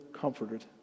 comforted